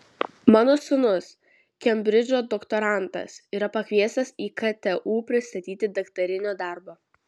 mano sūnus kembridžo doktorantas yra pakviestas į ktu pristatyti daktarinio darbo